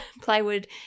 plywood